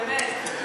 באמת.